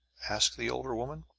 asked the older woman.